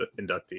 inductee